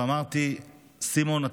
ואמרתי: סימון,